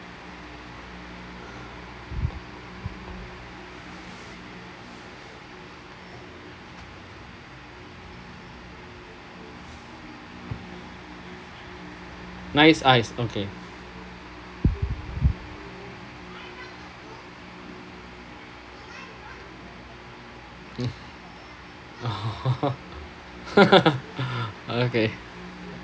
nice eyes okay mm okay